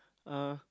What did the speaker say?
uh